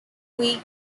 week